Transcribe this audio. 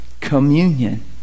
Communion